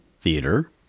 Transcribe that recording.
theater